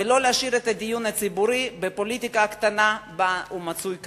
ולא להשאיר את הדיון הציבורי בפוליטיקה הקטנה שבה הוא מצוי כיום.